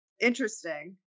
Interesting